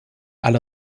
alle